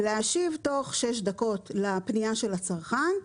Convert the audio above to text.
להשיב תוך שש דקות לפנייה של הצרכן.